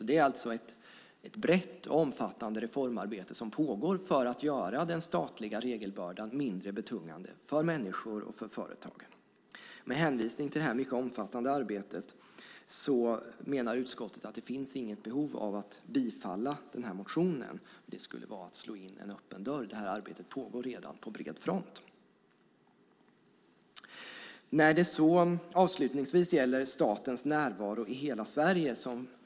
Det är alltså ett brett och omfattande reformarbete som pågår för att göra den statliga regelbördan mindre betungande för människor och företag. Med hänvisning till det här mycket omfattande arbetet menar utskottet att det inte finns något behov av att bifalla den här motionen. Det skulle vara att slå in en öppen dörr. Det här arbetet pågår redan på bred front. Flera talare har redan tagit upp statens närvaro i hela Sverige.